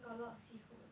got a lot of seafood